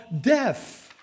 death